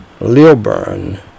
Lilburn